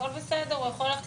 הכול בסדר, הוא יכול ללכת לנוח.